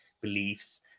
beliefs